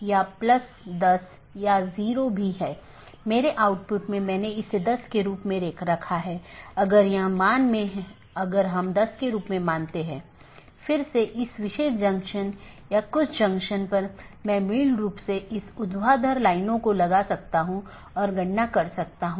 सत्र का उपयोग राउटिंग सूचनाओं के आदान प्रदान के लिए किया जाता है और पड़ोसी जीवित संदेश भेजकर सत्र की स्थिति की निगरानी करते हैं